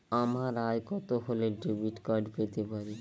আমার আয় কত হলে ডেবিট কার্ড পেতে পারি?